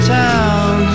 town